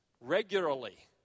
regularly